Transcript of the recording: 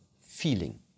feeling